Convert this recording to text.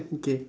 okay